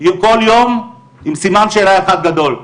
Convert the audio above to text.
בכל יום עם סימן שאלה אחד גדול.